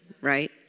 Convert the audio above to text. right